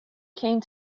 came